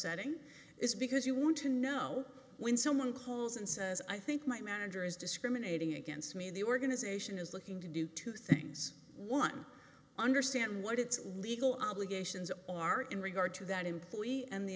setting is because you want to know when someone calls and says i think my manager is discriminating against me the organization is looking to do two things one understand what its legal obligations are in regard to that employee and the